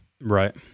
Right